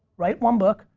write one book,